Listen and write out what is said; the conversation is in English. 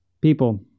People